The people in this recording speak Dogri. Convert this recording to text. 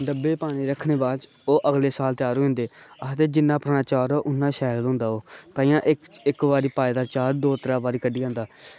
डब्बे पाने दे रक्खने दे बाद च ओह् अगले साल त्यार होई जंदे आक्खदे जिन्ना पराना आचार होऐ उन्ना शैल होंदा ओह् ताहियें इक्क बारी पाये दा आचार दौ त्रै बारी कड्ढी लैंदा